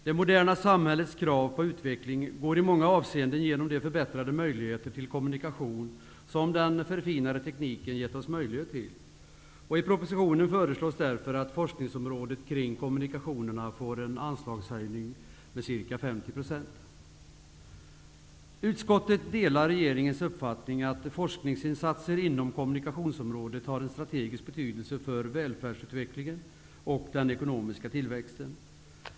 Det moderna samhällets krav på utveckling går i många avseenden genom de förbättrade möjligheter till kommunikation som den förfinade tekniken gett oss möjlighet till. I propositionen föreslås därför att forskningsområdet kring kommunikationerna får en anslagshöjning med ca 50 %. Utskottet delar regeringens uppfattning att forskningsinsatser inom kommunikationsområdet har en strategisk betydelse för välfärdsutvecklingen och den ekonomiska tillväxten.